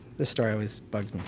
this story always bugs